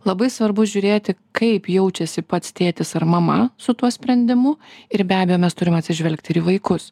labai svarbu žiūrėti kaip jaučiasi pats tėtis ar mama su tuo sprendimu ir be abejo mes turim atsižvelgti ir į vaikus